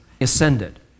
ascended